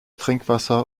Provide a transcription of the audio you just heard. trinkwasser